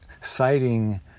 citing